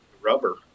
rubber